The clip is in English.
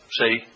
See